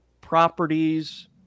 properties